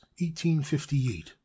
1858